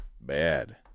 bad